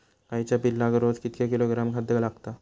गाईच्या पिल्लाक रोज कितके किलोग्रॅम खाद्य लागता?